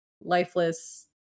lifeless